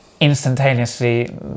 instantaneously